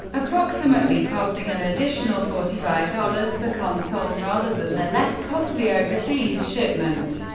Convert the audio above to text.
approximately costing an additional forty five dollars per console, rather than the less-costly overseas shipment.